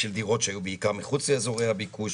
מחוץ לאזורי הביקוש.